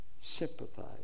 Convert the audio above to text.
sympathize